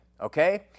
Okay